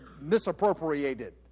misappropriated